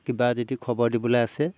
কিবা যদি খবৰ দিবলৈ আছে